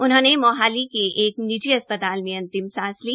उन्होंने मोहाली के एक निजी अस्पताल में अंतिम सांस ली